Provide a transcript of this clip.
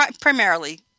primarily